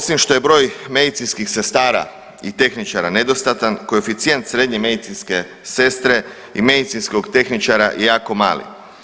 Osim što je broj medicinskih sestara i tehničara nedostatan, koeficijent srednje medicinske sestre i medicinskog tehničara je jako mali.